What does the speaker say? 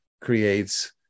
creates